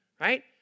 Right